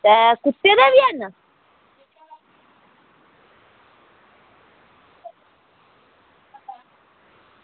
ते कुत्ते दे बी हैन